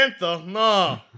No